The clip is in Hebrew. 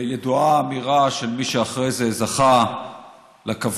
ידועה האמירה של מי שאחרי זה זכה לכבוד